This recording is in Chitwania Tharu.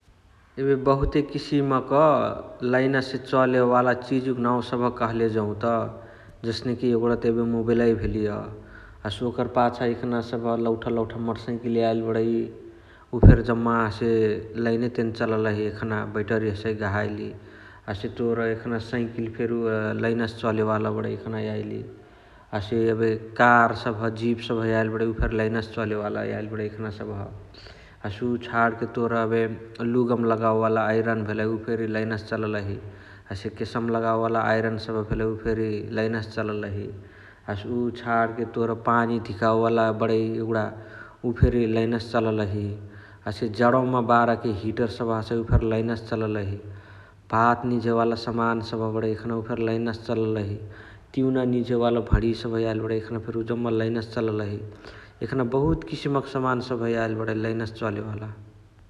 एबे बहुते किसिम क लाईनसे चलेवाला चिजुक नाउ सबह कहले जौत जस्नेकी एगुणा त एबे मोबैल भेलिय । हसे ओकर पाछा एखान लौठा लौठा मटसैकिली याइली बणइ उ फेरी जम्मा हसे लाईने तेने चललही एखान बैटरी हसइ गहाइली । हसे तोर एखना सैकिल फेरी लाईनसे चलेवाला बणइ एखना याइली । हसे एबे कार सबह जिप सबह याइल बणै उ फेरी लाईनसे चले वाला याइली बणइ एखान सबह । हसे उ छाणके तोर एबे लुगा मा लाग्वे वाला आइरन भेलइ उ फेरी लाईनसे चललही । हसे केसवमा लगवे वाला आइरन भेलइ उ फेरी लाईनसे चला लही । हसे उ छाणके तोर पानी धिकावे वाला बणइ एगुणा उ फेरी लाईनसे चल लही । हसे जणवा मा बारके हिटर सबह हसइ उ फेरी लाईनसे चल लही । भात निझे वाला समान सबह बणइ उ फेरी लाईनसे चल लही । तिउना निझे वाला भणिया याइल बणइ एखना उ जम्मा लाईनसे चल लही । एखना बहुत किसिम क समान सबह याइल बणइ लाईनसे चले वाला ।